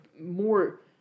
more